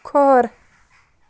کھۅر